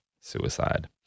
suicide